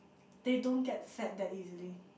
they don't get fat that easily